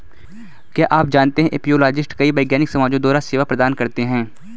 क्या आप जानते है एपियोलॉजिस्ट कई वैज्ञानिक समाजों द्वारा सेवा प्रदान करते हैं?